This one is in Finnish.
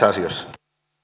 asioissa